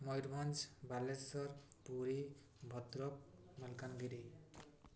Mayurbhanj Baleswar Puri Bhadrak Malkangiri